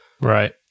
right